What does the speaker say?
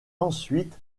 ensuite